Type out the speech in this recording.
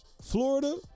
Florida